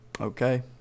Okay